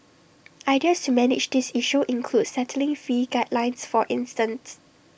ideas to manage this issue include setting fee guidelines for instance